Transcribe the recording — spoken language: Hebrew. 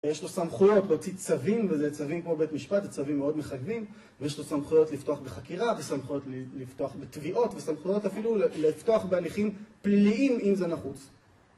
יש לו סמכויות להוציא צווים וזה צווים כמו בית משפט, זה צווים מאוד מחייבים ויש לו סמכויות לפתוח בחקירה וסמכויות לפתוח בתביעות וסמכויות אפילו לפתוח בהליכים פליליים אם זה נחוץ